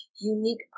unique